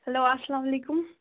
hello اسلام علیکُم